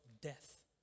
death